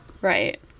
Right